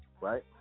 right